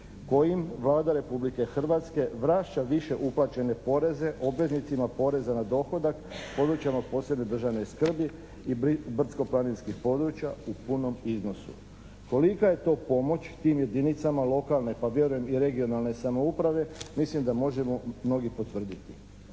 kojim Vlada Republike Hrvatske vraća više uplaćene poreze obveznicima poreza na dohodak u područjima od posebne državne skrbi i brdsko-planinskih područja u punom iznosu. Kolika je to pomoć tim jedinicama lokalne pa vjerujem i regionalne samouprave mislim da možemo mnogi potvrditi.